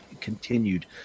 continued